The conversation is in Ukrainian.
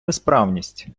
несправність